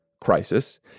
crisis